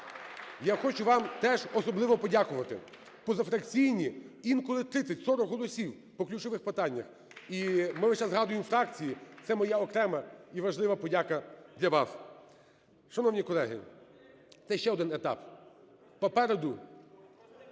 Я хочу вам теж особливо подякувати. Позафракційні - інколи 30-40 голосів по ключових питаннях. І ми весь час згадуємо фракції - це моя окрема і важлива подяка для вас. Шановні колеги, це ще один етап. Попереду